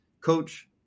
Coach